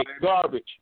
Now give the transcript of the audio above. Garbage